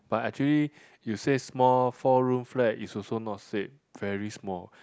but actually you say small four room flat is also not said very small